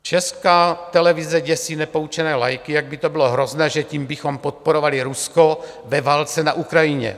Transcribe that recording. Česká televize děsí nepoučené laiky, jak by to bylo hrozné, že tím bychom podporovali Rusko ve válce na Ukrajině.